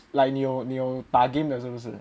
like 你有你有打 game 的是不是